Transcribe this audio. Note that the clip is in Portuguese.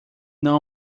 não